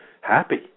happy